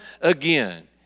again